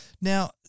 Now